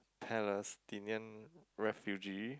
Palestinian refugee